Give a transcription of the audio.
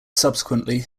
subsequently